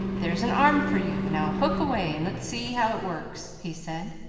there's an arm for you now hook away, and let's see how it works, he said,